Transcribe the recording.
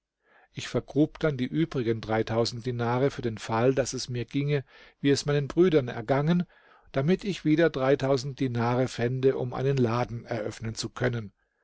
ich vergrub dann die übrigen dinare für den fall daß es mir ginge wie es meinen brüdern ergangen damit ich wieder dinare fände um einen laden eröffnen zu können